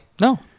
No